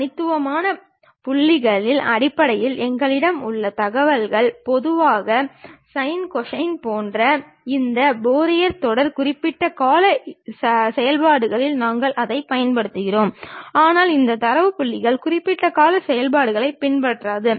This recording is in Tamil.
தனித்துவமான புள்ளிகளின் அடிப்படையில் எங்களிடம் உள்ள தகவல்கள் பொதுவாக சைன் கொசைன் போன்ற இந்த ஃபோரியர் தொடர் குறிப்பிட்ட கால செயல்பாடுகளுக்கு நாங்கள் இதைப் பயன்படுத்துகிறோம் ஆனால் இந்த தரவு புள்ளிகள் குறிப்பிட்ட கால செயல்பாடுகளை பின்பற்றாது